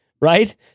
Right